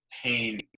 pain